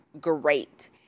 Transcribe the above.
great